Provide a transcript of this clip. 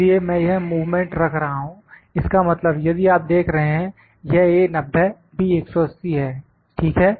इसलिए मैं यह मूवमेंट रख रहा हूं इसका मतलब यदि आप देख रहे हैं यह A 90 B 180 है ठीक है